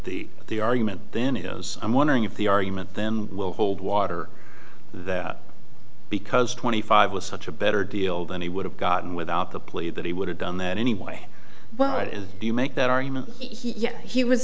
the the argument then he goes i'm wondering if the argument then will hold water that because twenty five was such a better deal than he would have gotten without the plea that he would have done that anyway but as you make that argument he yet he was